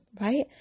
right